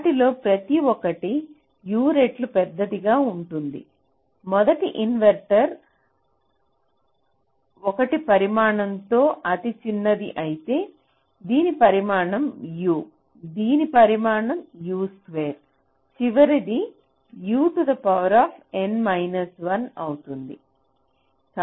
వాటిలో ప్రతి ఒక్కటి U రెట్లు పెద్దదిగా ఉంటుంది మొదటి ఇన్వర్టర్ 1 పరిమాణంతో అతిచిన్నది అయితే దీని పరిమాణం U దీని పరిమాణం U2 చివరిది UN 1 అవుతుంది